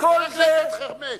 חבר הכנסת חרמש,